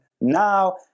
now